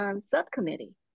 subcommittee